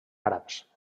àrabs